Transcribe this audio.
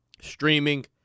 Streaming